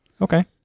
Okay